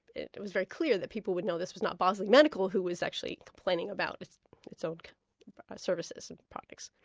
it it was very clear that people would know that this was not bosley medical who was actually complaining about its its own services and products.